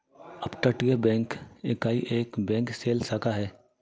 अपतटीय बैंकिंग इकाई एक बैंक शेल शाखा है